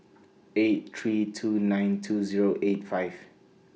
eight three two nine two Zero eight five